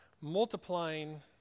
multiplying